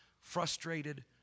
frustrated